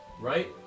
right